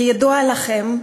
כידוע לכם,